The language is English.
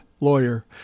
lawyer